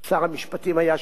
זיכרונו לברכה.